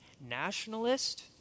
nationalist